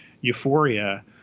euphoria